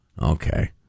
okay